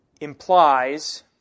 implies